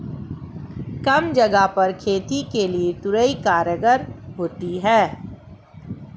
कम जगह पर खेती के लिए तोरई कारगर होती है